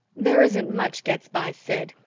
there isn't much gets by sid,